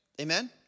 Amen